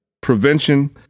Prevention